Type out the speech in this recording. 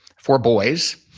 four boys.